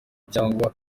cyangwa